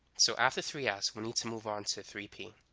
so after three s we need to move on to three p